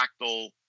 fractal